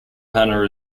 hannah